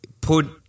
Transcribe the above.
put